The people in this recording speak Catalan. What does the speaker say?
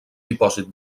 dipòsit